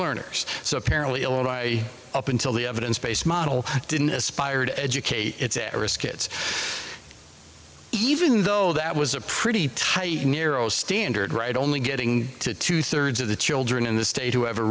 learners so apparently all i up until the evidence based model didn't aspire to educate its at risk kids even though that was a pretty tight nero standard right only getting to two thirds of the children in the state